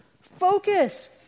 Focus